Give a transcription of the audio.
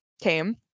came